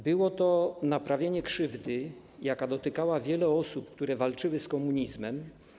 Było to naprawienie krzywdy, jaka dotykała wielu osób, które walczyły z komunizmem.